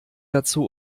dazu